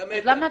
אז למה?